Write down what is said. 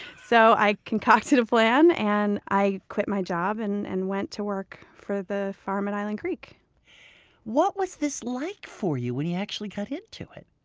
so i concocted a plan, and i quit my job and and went to work for the farm at island creek what was this like for you when you actually got into it?